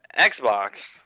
Xbox